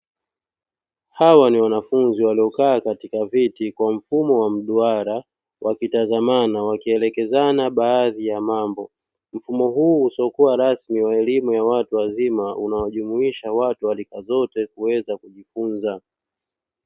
Hawa ni wanafunzi waliokaa katika viti kwa mfumo wa mduara wakitazamana wakielekezana baadhi ya mambo, mfumo huu usiokuwa rasmi wa elimu ya watu wazima unaojumuisha watu wa rika zote kuweza kujifunza.